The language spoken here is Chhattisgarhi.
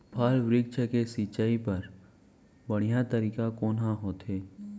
फल, वृक्षों के सिंचाई बर बढ़िया तरीका कोन ह होथे?